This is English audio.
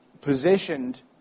positioned